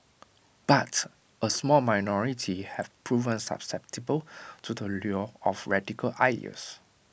but A small minority have proven susceptible to the lure of radical ideas